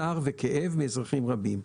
צער וכאב מאזרחים רבים.